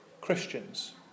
Christians